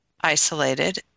isolated